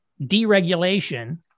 deregulation